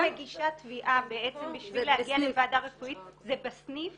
מגישה תביעה כדי להגיע לוועדה רפואית זה בסניף